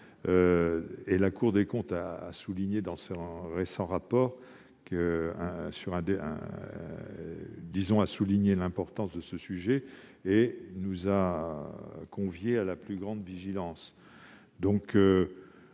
La Cour des comptes, dans son récent rapport, a souligné l'importance de ce sujet et nous a conviés à la plus grande vigilance.